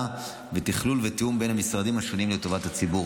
ובתכלול ותיאום בין המשרדים השונים לטובת הציבור.